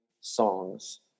songs